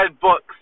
books